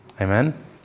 Amen